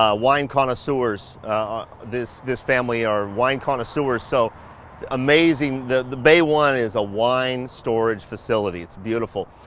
ah wine connoisseurs this this family, are wine connoisseurs. so amazing. the, the bay one is a wine storage facility. it's beautiful.